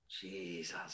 Jesus